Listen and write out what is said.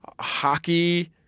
hockey